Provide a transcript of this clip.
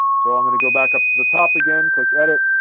so i'm going to go back up to the top again, click edit.